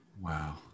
Wow